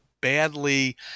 badly